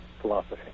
philosophy